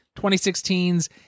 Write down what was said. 2016's